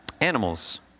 Animals